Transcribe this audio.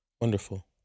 Wonderful